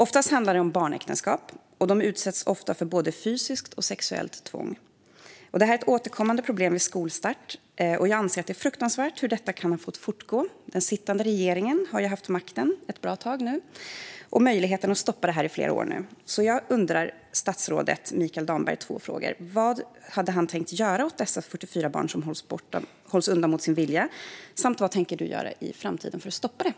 Oftast handlar det om barnäktenskap, och barn utsätts ofta för både fysiskt och sexuellt tvång. Det är ett återkommande problem vid skolstart. Jag anser att det är fruktansvärt att detta har fått fortgå. Den sittande regeringen har ju haft makten ett bra tag och möjligheten att stoppa detta i flera år nu. Jag har två frågor till statsrådet Mikael Damberg: Vad har han tänkt göra åt att dessa 44 barn förts bort mot sin vilja, och vad tänker han göra i framtiden för att stoppa detta?